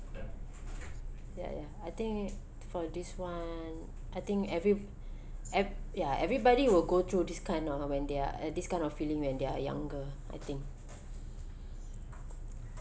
ya ya I think for this [one] I think every~ e~ ya everybody will go through this kind of when they're uh this kind of feeling when they're younger I think